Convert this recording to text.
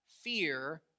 fear